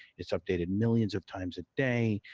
it's updated millions of times a day.